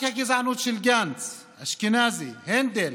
רק הגזענות של גנץ, אשכנזי, הנדל,